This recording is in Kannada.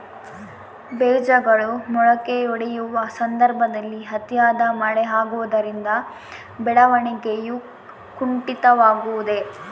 ಬೇಜಗಳು ಮೊಳಕೆಯೊಡೆಯುವ ಸಂದರ್ಭದಲ್ಲಿ ಅತಿಯಾದ ಮಳೆ ಆಗುವುದರಿಂದ ಬೆಳವಣಿಗೆಯು ಕುಂಠಿತವಾಗುವುದೆ?